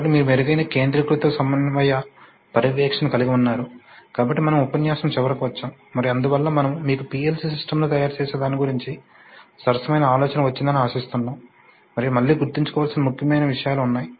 కాబట్టి మీరు మెరుగైన కేంద్రీకృత సమన్వయ పర్యవేక్షణను కలిగి ఉన్నారు కాబట్టి మనము ఉపన్యాసం చివరికి వచ్చాము మరియు అందువల్ల మనము మీకు PLC సిస్టమ్ ను తయారుచేసే దాని గురించి సరసమైన ఆలోచన వచ్చిందని ఆశిస్తున్నాము మరియు మళ్ళీ గుర్తుంచుకోవలసిన ముఖ్యమైన విషయాలు ఉన్నాయి